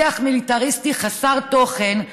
שיח מיליטריסטי חסר תוכן,